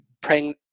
praying